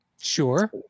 Sure